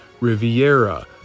riviera